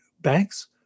banks